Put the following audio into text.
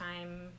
time